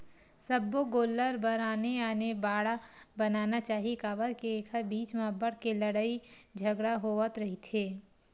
सब्बो गोल्लर बर आने आने बाड़ा बनाना चाही काबर के एखर बीच म अब्बड़ के लड़ई झगरा होवत रहिथे